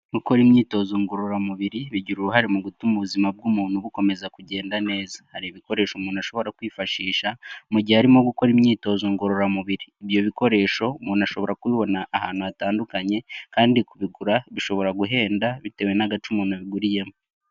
Gukora imyitozo ngororamubiri bigira uruhare mu gutuma ubuzima bw'umuntu bukomeza kugenda neza, hari ibikoresho umuntu ashobora kwifashisha mu gihe arimo gukora imyitozo ngororamubiri. Ibyo bikoresho umuntu ashobora kubibona ahantu hatandukanye, kandi kubigura bishobora guhenda bitewe n'agace umuntu abiguriyemo.